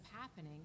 happening